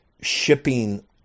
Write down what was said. shipping